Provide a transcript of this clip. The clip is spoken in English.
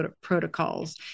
protocols